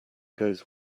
goes